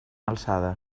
alçada